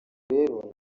rero